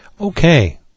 Okay